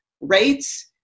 rates